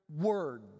word